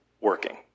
working